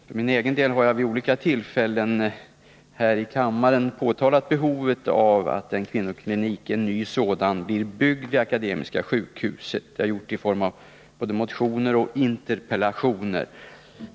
För min egen del har jag vid olika tillfällen här i kammaren påtalat behovet av att en ny kvinnoklinik blir byggd vid Akademiska sjukhuset — jag har gjort det i form av både motioner och interpellationer.